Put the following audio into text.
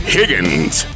Higgins